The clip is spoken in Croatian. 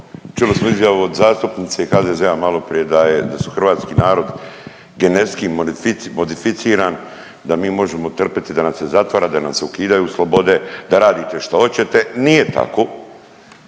čuli smo izjavu od zastupnice HDZ-a maloprije da je, da su hrvatski narod genetski modificiran, da mi možemo trpjeti da nas se zatvara, da nam se ukidaju slobode, da radite šta oćete. Nije tako.